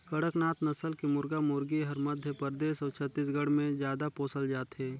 कड़कनाथ नसल के मुरगा मुरगी हर मध्य परदेस अउ छत्तीसगढ़ में जादा पोसल जाथे